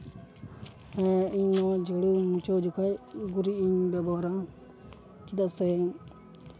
ᱦᱮᱸ ᱤᱧ ᱱᱚᱣᱟ ᱡᱷᱟᱹᱲᱩ ᱢᱩᱪᱷᱟᱹᱣ ᱡᱚᱠᱷᱚᱡ ᱜᱩᱨᱤᱡ ᱤᱧ ᱵᱮᱵᱚᱦᱟᱨᱟ ᱪᱮᱫᱟᱜ ᱥᱮ